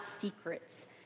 secrets